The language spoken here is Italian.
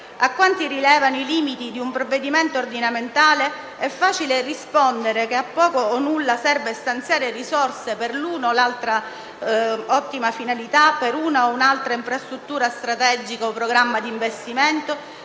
A quanti rilevano i limiti di un provvedimento ordinamentale è facile rispondere che a poco o nulla serve stanziare risorse per l'una o per l'altra ottima finalità, per una o per un'altra infrastruttura strategica o programma di investimento,